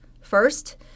First